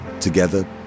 Together